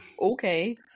Okay